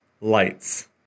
lights